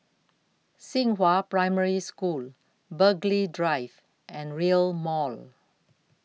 Xinghua Primary School Burghley Drive and Rail Mall